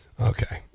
Okay